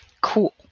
Cool